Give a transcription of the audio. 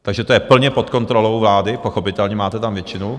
Takže to je plně pod kontrolou vlády pochopitelně, máte tam většinu.